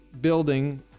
building